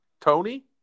Tony